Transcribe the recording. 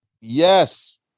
Yes